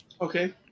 Okay